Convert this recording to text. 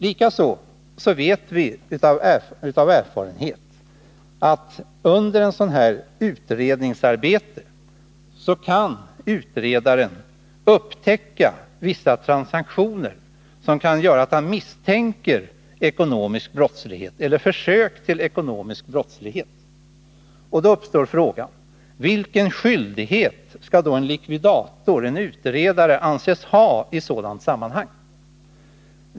Likaså vet vi av erfarenhet att under ett sådant utredningsarbete kan utredaren upptäcka vissa transaktioner som kan göra att han misstänker ekonomisk brottslighet, eller försök till ekonomisk brottslighet. Då uppstår frågan vilken skyldighet en likvidator, en utredare, skall anses ha i sådant sammanhang.